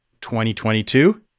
2022